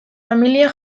familia